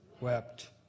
wept